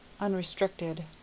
unrestricted